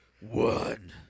One